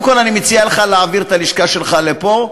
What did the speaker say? קודם כול אני מציע לך להעביר את הלשכה שלך לפה,